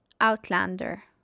Outlander